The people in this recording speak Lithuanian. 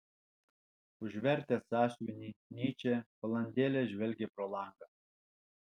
užvertęs sąsiuvinį nyčė valandėlę žvelgė pro langą